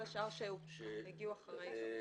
כל השאר הגיעו אחרי כן.